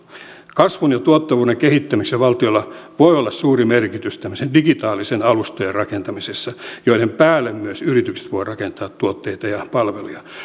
kasvun ja tuottavuuden kehittämiseksi valtiolla voi olla suuri merkitys tämmöisten digitaalisten alustojen rakentamisessa joiden päälle myös yritykset voivat rakentaa tuotteita ja palveluja